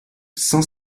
saint